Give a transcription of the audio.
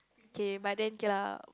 K but then okay lah